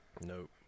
Nope